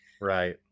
Right